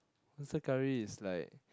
monster-curry is like